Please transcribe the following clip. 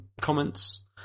comments